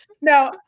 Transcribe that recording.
No